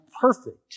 perfect